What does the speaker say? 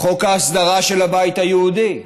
חוק ההסדרה של הבית היהודי,